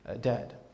dead